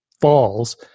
falls